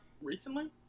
Recently